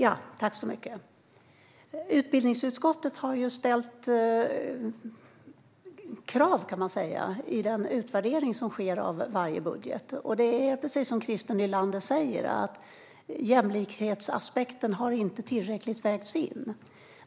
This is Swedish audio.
Herr talman! Utbildningsutskottet har ställt krav i den utvärdering som sker av varje budget. Precis som Christer Nylander säger har jämlikhetsaspekten inte vägts in tillräckligt mycket.